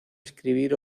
escribir